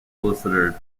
solicitor